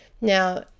now